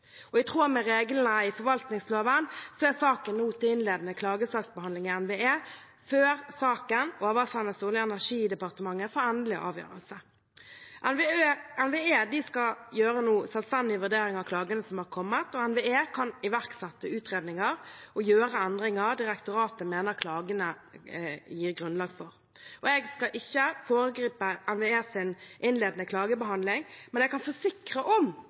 I tråd med reglene i forvaltningsloven er saken nå til innledende klagebehandling i NVE, før saken oversendes Olje- og energidepartementet for endelig avgjørelse. NVE gjør nå selvstendige vurderinger av klagene som har kommet. NVE kan iverksette utredninger og gjøre endringer direktoratet mener klagene gir grunnlag for. Jeg skal ikke foregripe NVEs innledende klagebehandling, men jeg kan forsikre om